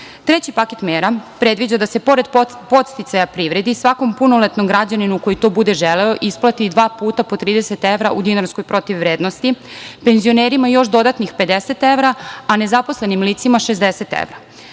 paket mera predviđa da se pored podsticaja privredi svakom punoletnom građaninu koji to bude želeo, isplati i dva puta po 30 evra u dinarskoj protivvrednosti, penzionerima još dodatnih 50 evra, a nezaposlenim licima 60 evra.